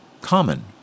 common